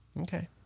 Okay